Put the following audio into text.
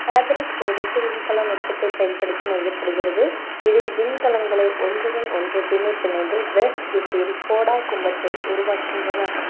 fabric ஒரு வெட்டு விண்கல நுட்பத்தை பயன்படுத்தி நெய்யப்படுகிறது இதில் விண்கலங்களை ஒன்றுடன் ஒன்று பின்னிப் பிணைந்து வெஃப்ட் திசையில் போடா கும்பத்தை உருவாக்கின்றன